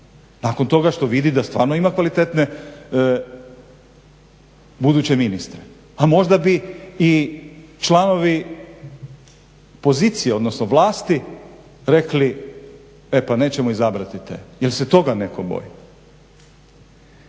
nakon toga što vidi da stvarno ima kvalitetne buduće ministre, a možda bi i članovi pozicije, odnosno vlasti rekli e pa nećemo izabrati te. Jel' se toga netko boji?